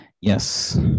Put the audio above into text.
Yes